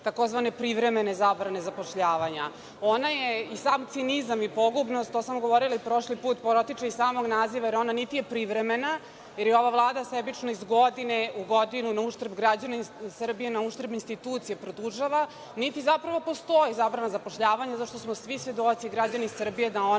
tzv. privremene zabrane zapošljavanja. Ona je i sam cinizam i pogubnost, to sam govorila i prošli put, potiče iz samog naziva, jer ona niti je privremena, jer je ova Vlada sebično iz godine u godinu na uštrb građana Srbije, na uštrb institucije produžava, niti zapravo postoji zabrana zapošljavanja zato što smo svi svedoci, građani Srbije, da ona